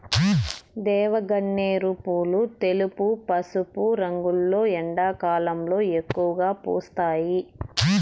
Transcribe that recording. దేవగన్నేరు పూలు తెలుపు, పసుపు రంగులో ఎండాకాలంలో ఎక్కువగా పూస్తాయి